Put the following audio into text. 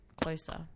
closer